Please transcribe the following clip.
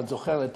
את זוכרת,